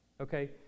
Okay